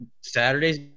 Saturday's